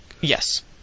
Yes